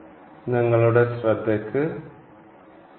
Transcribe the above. നിങ്ങളുടെ ശ്രദ്ധയ്ക്ക് നന്ദി